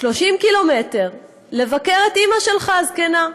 30 ק"מ לבקר את אימא שלך הזקנה.